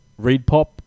ReadPop